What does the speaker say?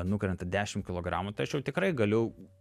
nukrenta dešimt kilogramų tai aš jau tikrai galiu